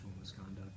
misconduct